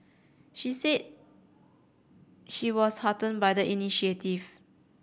she said she was hearten by the initiative